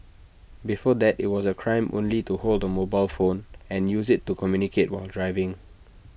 before that IT was A crime only to hold A mobile phone and use IT to communicate while driving